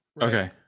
Okay